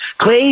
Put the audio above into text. Clay